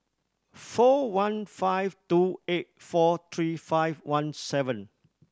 four one five two eight four three five one seven